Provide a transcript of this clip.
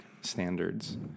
standards